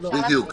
גור,